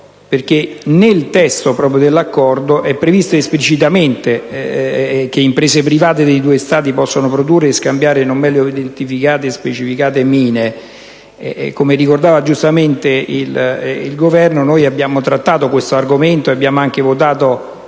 proprio nel testo dell'Accordo è previsto esplicitamente che imprese private dei due Stati possano produrre e scambiare non meglio identificate e specificate mine. Come giustamente ha ricordato il rappresentante del Governo, abbiamo trattato questo argomento e abbiamo anche votato,